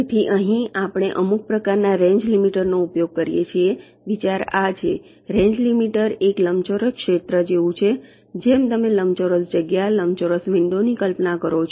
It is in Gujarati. તેથી અહીં આપણે અમુક પ્રકારના રેંજ લિમિટર નો ઉપયોગ કરીએ છીએ વિચાર આ છે રેંજ લિમિટર એક લંબચોરસ ક્ષેત્ર જેવું છે જેમ તમે લંબચોરસ જગ્યા લંબચોરસ વિંડોની કલ્પના કરો છો